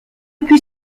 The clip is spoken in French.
plus